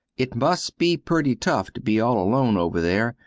it must be pretty tuf to be all alone over there,